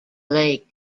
lake